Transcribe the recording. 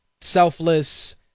selfless